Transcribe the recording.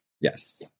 Yes